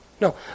No